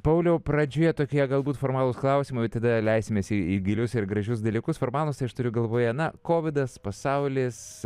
pauliau pradžioje tokie galbūt formalūs klausimai o tada leisimės į į gilius ir gražius dalykus formalūs aš turiu galvoje na kovidas pasaulis